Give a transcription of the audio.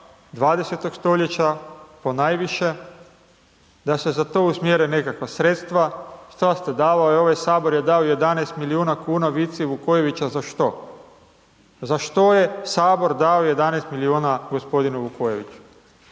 20. stoljeća ponajviše, da se za to usmjere nekakva sredstva, šta ste davali, ovaj HS je dao 11 milijuna kuna Vici Vukojeviću za što? Za što je HS dao 11 milijuna g. Vukojeviću?